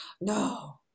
No